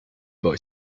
boy